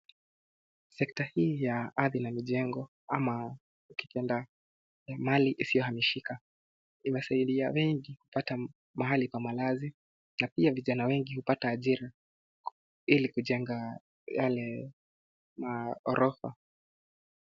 Sekta hii ya ardhi la mijengo ama ya mali isiyohamishika imesaidia wengi kupata mahali pa malazi na pia vijana wengi hupata ajira ili kujenga yale maghorofa.